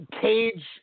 Cage